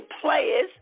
players